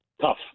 tough